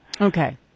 Okay